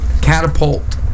catapult